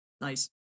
Nice